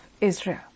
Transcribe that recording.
Israel